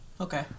Okay